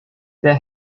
they